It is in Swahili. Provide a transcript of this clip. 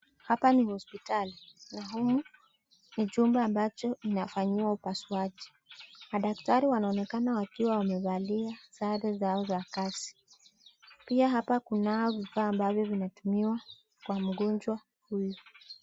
Hapa ni hosipitali na humu ni jumba ambacho inafanyiwa upasuaji. Madaktari wanaonekana wakiwa wamevalia sare zao za kazi pia hapa Kuna vifaa ambavyo vinatumiwa kwa mgonjwa huyu.